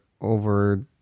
over